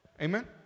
Amen